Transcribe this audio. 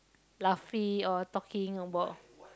laughing or talking about